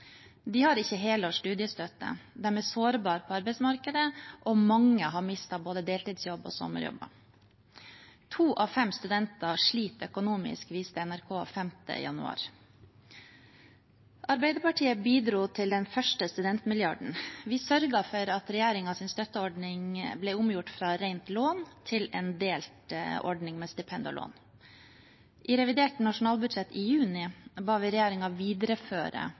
De har ikke helårs studiestøtte. De er sårbare på arbeidsmarkedet, og mange har mistet både deltidsjobb og sommerjobb. To av fem studenter sliter økonomisk, viste NRK den 5. januar. Arbeiderpartiet bidro til den første studentmilliarden. Vi sørget for at regjeringens støtteordning ble omgjort fra et rent lån til en delt ordning med stipend og lån. I revidert nasjonalbudsjett i juni ba vi regjeringen videreføre